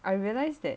I realise that